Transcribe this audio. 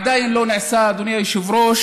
הוא עדיין לא נעשה, אדוני היושב-ראש,